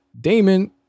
Damon